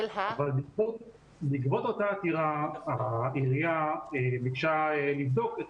בעקבות אותה עתירה העירייה ביקשה לבדוק את